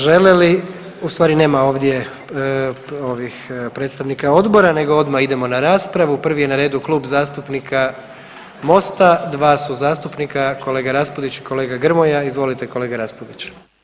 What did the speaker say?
Žele li, u stvari nema ovdje ovih predstavnika odbora nego odmah idemo na raspravu, prvi je na redu Klub zastupnika Mosta, dva su zastupnika, kolega Raspudić i kolega Grmoja, izvolite kolega Raspudić.